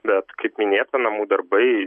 bet kaip minėta namų darbai